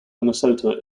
minnesota